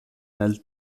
nel